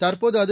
தற்போது அது